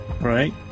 Right